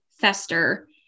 fester